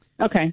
okay